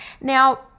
Now